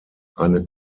eine